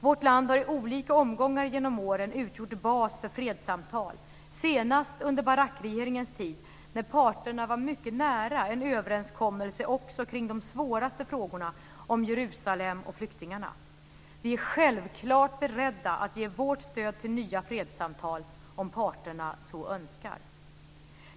Vårt land har i olika omgångar genom åren utgjort bas för fredssamtal. Senast var det under Barakregeringens tid när parterna var mycket nära en överenskommelse också kring de svåraste frågorna om Jerusalem och flyktingarna. Vi är självklart beredda att ge vårt stöd till nya fredssamtal om parterna så önskar.